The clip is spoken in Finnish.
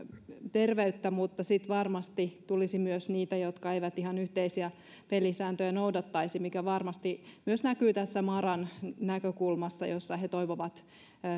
terveyttä mutta sitten varmasti tulisi myös niitä jotka eivät ihan yhteisiä pelisääntöjä noudattaisi mikä varmasti myös näkyy tässä maran näkökulmassa jossa he toivovat